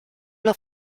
los